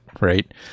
right